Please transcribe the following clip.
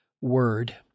word